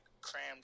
crammed